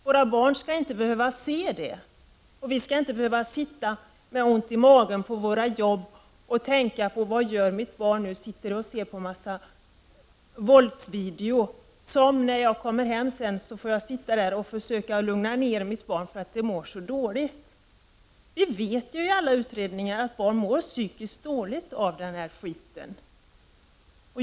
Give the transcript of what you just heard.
Våra barn skall inte behöva se det, och vi skall inte behöva sitta på våra jobb och ha ont i magen när vi tänker på vad barnen gör, om de kanske sitter och ser på våldsvideo och vi när vi kommer hem får försöka lugna ner barnen därför att de mår så dåligt. Alla utredningar visar att barn mår dåligt av den här smörjan.